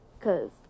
Cause